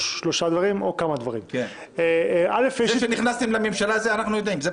כמה דברים קרו -- זה שנכנסתם לממשלה זה אנחנו יודעים.